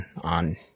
on